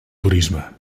turisme